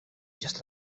just